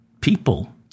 people